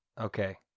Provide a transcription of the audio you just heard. Okay